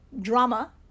drama